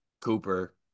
Cooper